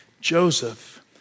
Joseph